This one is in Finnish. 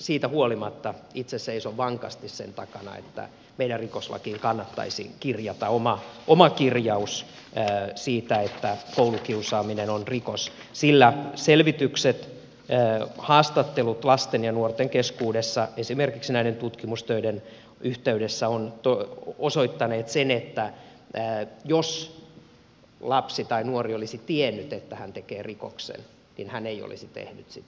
siitä huolimatta itse seison vankasti sen takana että meidän rikoslakiin kannattaisi kirjata oma kirjaus siitä että koulukiusaaminen on rikos sillä selvitykset haastattelut lasten ja nuorten keskuudessa esimerkiksi näiden tutkimustöiden yhteydessä ovat osoittaneet sen että jos lapsi tai nuori olisi tiennyt että hän tekee rikoksen niin hän ei olisi tehnyt sitä